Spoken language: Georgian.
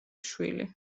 შვილი